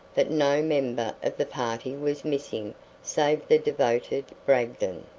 that no member of the party was missing save the devoted bragdon.